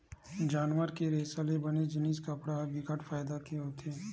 जानवर के रेसा ले बने जिनिस कपड़ा ह बिकट फायदा के होथे